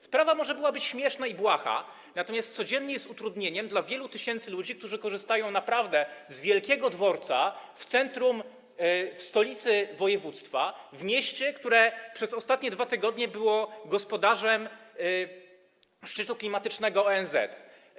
Sprawa może byłaby śmieszna i błaha, gdyby nie była codziennym utrudnieniem dla wielu tysięcy ludzi, którzy korzystają z tego naprawdę wielkiego dworca w centrum, w stolicy województwa, w mieście, które przez ostatnie 2 tygodnie było gospodarzem szczytu klimatycznego ONZ.